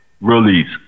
Release